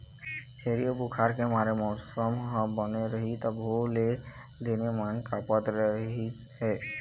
छेरी ह बुखार के मारे मउसम ह बने रहिस तभो ले दिनेमान काँपत रिहिस हे